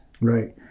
right